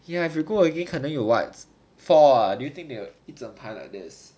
ya if you go again 可能有 like four ah do you think they will 一整排 like this